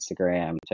Instagram